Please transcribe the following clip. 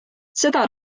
seda